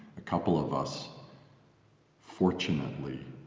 a couple of us fortunately